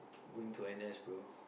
go into N_S bro